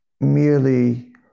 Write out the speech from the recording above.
merely